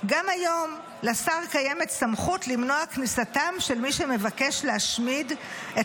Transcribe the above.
גם היום לשר קיימת סמכות למנוע כניסתם של מי שמבקש להשמיד את